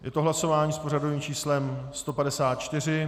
Je to hlasování s pořadovým číslem 154.